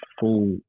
full